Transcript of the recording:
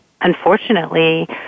unfortunately